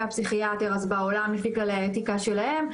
הפסיכיאטר אז בעולם לפי כללי האתיקה שלהם,